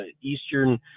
Eastern